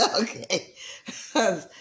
Okay